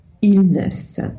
illness